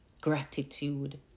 gratitude